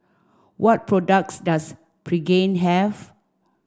what products does Pregain have